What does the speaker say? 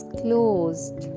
closed